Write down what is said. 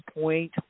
point